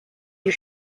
you